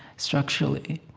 structurally.